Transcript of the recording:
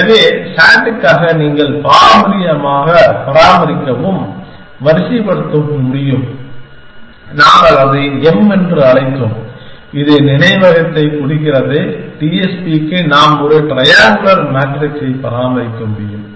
எனவே S A T க்காக நீங்கள் பாரம்பரியமாக பராமரிக்கவும் வரிசைப்படுத்தவும் முடியும் நாங்கள் அதை M என்று அழைத்தோம் இது நினைவகத்தை குறிக்கிறது T S P க்கு நாம் ஒரு ட்ரையாங்குலர் மேட்ரிக்ஸை பராமரிக்க முடியும்